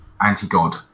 anti-god